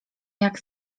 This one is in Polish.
jak